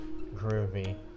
groovy